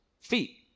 feet